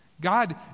God